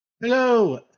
Hello